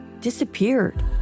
disappeared